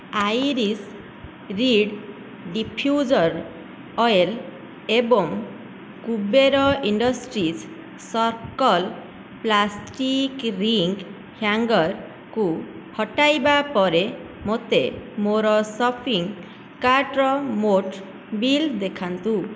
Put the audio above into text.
Irish reed diffuser oil ଏବଂ Kuber industries circle plastic ring ହ୍ୟାଙ୍ଗର୍କୁ ହଟାଇବା ପରେ ମୋତେ ମୋ'ର ସପିଂକାର୍ଟ୍ର ମୋଟ ବିଲ୍ ଦେଖାନ୍ତୁ